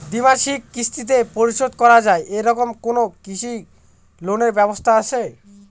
দ্বিমাসিক কিস্তিতে পরিশোধ করা য়ায় এরকম কোনো কৃষি ঋণের ব্যবস্থা আছে?